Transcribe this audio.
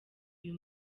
uyu